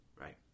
right